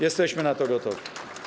Jesteśmy na to gotowi.